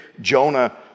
Jonah